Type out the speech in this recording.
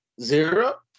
zero